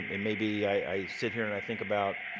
and maybe i sit here and i think about